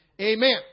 Amen